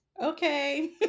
Okay